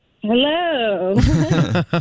Hello